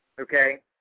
okay